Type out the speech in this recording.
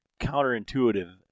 counterintuitive